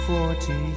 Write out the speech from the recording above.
Forty